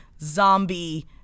zombie